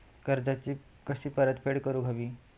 कर्जाची कशी परतफेड करूक हवी?